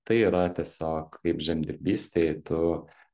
tai yra tiesiog kaip žemdirbystėj tu